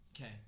Okay